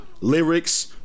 lyrics